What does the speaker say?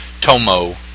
Tomo